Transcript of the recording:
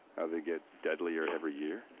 how they get. deadlier every year?